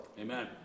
Amen